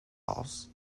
halls